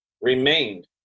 remained